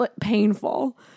painful